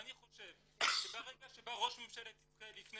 ואני חושב שבא ראש ממשלת ישראל לפני